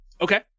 Okay